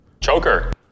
Choker